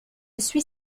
suis